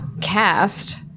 cast